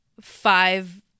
five